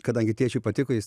kadangi tėčiui patiko jis